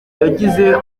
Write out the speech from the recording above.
yagize